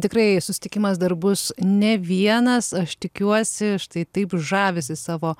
tikrai susitikimas dar bus ne vienas aš tikiuosi štai taip žavisi savo